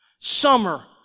Summer